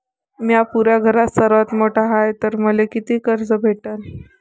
म्या पुऱ्या घरात सर्वांत मोठा हाय तर मले किती पर्यंत कर्ज भेटन?